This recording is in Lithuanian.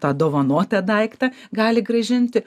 tą dovanotą daiktą gali grąžinti